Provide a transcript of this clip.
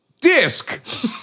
disc